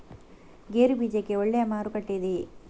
ಗೇರು ಬೀಜಕ್ಕೆ ಒಳ್ಳೆಯ ಮಾರುಕಟ್ಟೆ ಇದೆಯೇ?